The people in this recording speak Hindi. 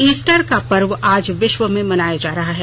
ईस्टर का पर्व आज विश्व में मनाया जा रहा है